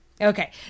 Okay